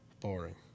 Boring